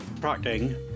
practicing